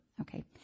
Okay